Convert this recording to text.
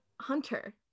Hunter